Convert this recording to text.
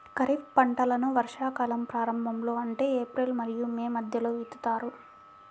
ఖరీఫ్ పంటలను వర్షాకాలం ప్రారంభంలో అంటే ఏప్రిల్ మరియు మే మధ్యలో విత్తుతారు